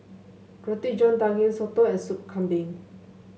Roti John Daging soto and Sup Kambing